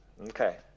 Okay